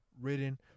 Written